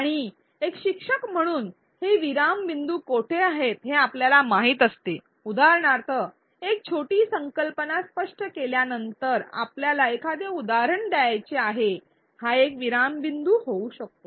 आणि एक शिक्षक म्हणून हे विराम बिंदू कोठे आहेत हे आम्हाला माहित असते उदाहरणार्थ एक छोटी संकल्पना स्पष्ट केल्यानंतर आपल्याला एखादे उदाहरण द्यावयाचे आहे हा एक विराम बिंदू होऊ शकतो